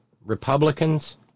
Republicans